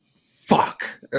fuck